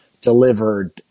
delivered